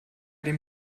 dem